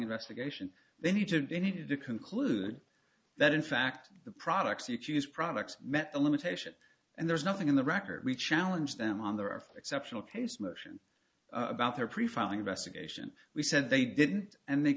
investigation they need to be needed to conclude that in fact the products you choose products met the limitation and there's nothing in the record we challenge them on there are for exceptional case motion about their pre filing investigation we said they didn't and they